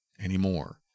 anymore